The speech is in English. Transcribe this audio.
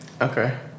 Okay